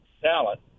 talent